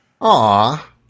Aw